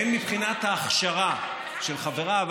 הן מבחינת ההכשרה של חבריו,